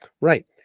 Right